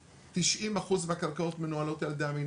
90% מהקרקעות מנוהלות על ידי המינהל.